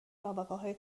نابغههای